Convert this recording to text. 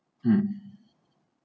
mm